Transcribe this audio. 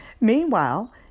meanwhile